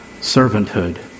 servanthood